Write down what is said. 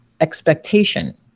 expectation